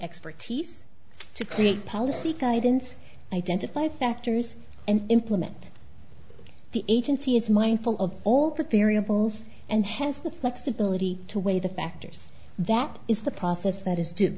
expertise to create policy guidance identify factors and implement the agency is mindful of all the variables and has the flexibility to weigh the factors that is the process that is